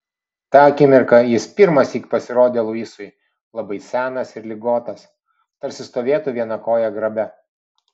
tą akimirką jis pirmąsyk pasirodė luisui labai senas ir ligotas tarsi stovėtų viena koja grabe